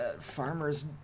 farmers